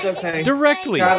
directly